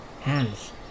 hands